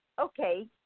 okay